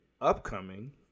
upcoming